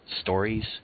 stories